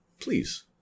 please